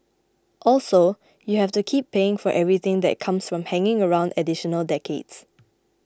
also you have to keep paying for everything that comes from hanging around additional decades